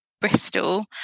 Bristol